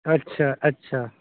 اچھا اچھا